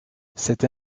cette